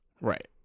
Right